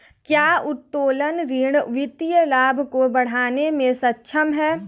क्या उत्तोलन ऋण वित्तीय लाभ को बढ़ाने में सक्षम है?